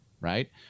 Right